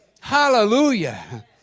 Hallelujah